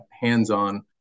hands-on